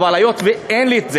אבל היות שזה איננו,